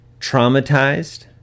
traumatized